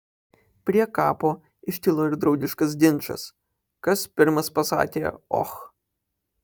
prie kapo iškilo ir draugiškas ginčas kas pirmas pasakė och